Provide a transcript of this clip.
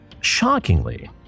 Shockingly